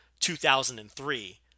2003